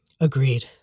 Agreed